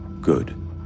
Good